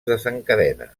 desencadena